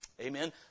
Amen